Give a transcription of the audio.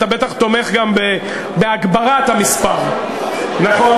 אתה בטח תומך גם בהגדלת המספר, נכון?